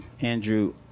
Andrew